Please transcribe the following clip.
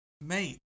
mate